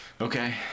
Okay